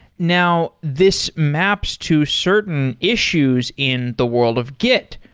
now, this maps to certain issues in the world of git,